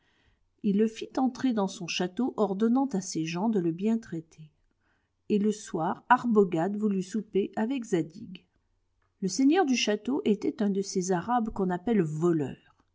il le fit entrer dans son château ordonnant à ses gens de le bien traiter et le soir arbogad voulut souper avec zadig le seigneur du château était un de ces arabes qu'on appelle voleurs